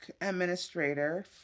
administrator